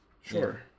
Sure